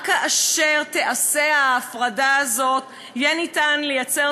רק כאשר תיעשה ההפרדה הזאת יהיה ניתן לייצר